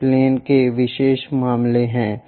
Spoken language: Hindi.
ये प्लेन के विशेष मामले हैं